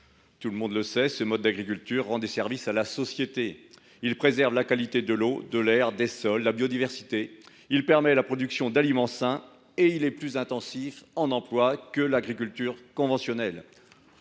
Tout le monde le sait, ce mode d’agriculture rend des services à la société : il préserve la qualité de l’eau, de l’air et des sols, il protège la biodiversité, il permet la production d’aliments sains et se révèle plus intensif en emplois que l’agriculture conventionnelle.